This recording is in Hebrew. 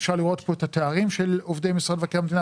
אפשר לראות פה את התארים של עובדי משרד מבקר המדינה.